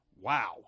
Wow